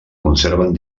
conserven